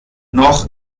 noch